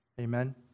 Amen